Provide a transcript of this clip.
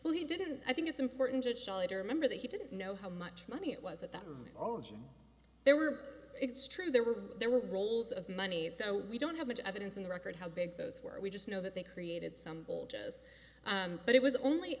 well he didn't i think it's important to remember that he didn't know how much money it was at that all and there were it's true there were there were rolls of money so we don't have much evidence on the record how big those were we just know that they created some voltages but it was only